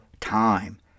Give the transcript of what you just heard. time